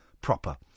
Proper